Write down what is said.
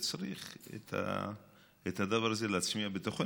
וצריך להטמיע את הדבר הזה בתוכנו.